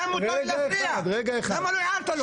אבל הוא מדבר, למה הערת לו?